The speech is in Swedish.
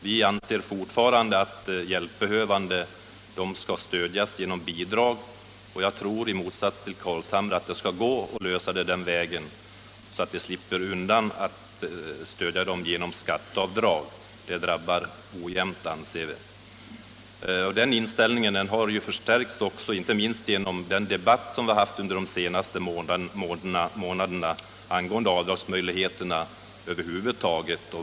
Vi anser fortfarande att hjälpbehövande skall stödjas genom bidrag, och jag tror i motsats till herr Carlshamre att det skall gå att lösa problemet den vägen, så att vi slipper stödja dem genom skatteavdrag, det slår ojämnt, anser vi. Nr 7 Denna inställning har förstärkts, inte minst genom debatten under de senaste månaderna angående avdragsmöjligheterna över huvud taget.